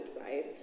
right